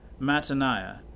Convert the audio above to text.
Mataniah